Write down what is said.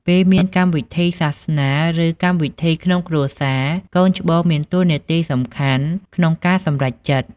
ពេលមានកម្មវិធីសាសនា ឬ កម្មវិធីក្នុងគ្រួសារ កូនច្បងមានតួនាទីសំខាន់ក្នុងការសម្រេចចិត្ត។